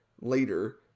later